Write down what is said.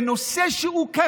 תודה.